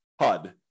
HUD